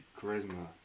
charisma